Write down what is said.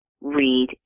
read